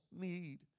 need